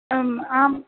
अम् आम्